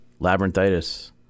Labyrinthitis